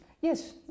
Yes